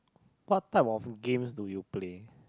what type of games do you play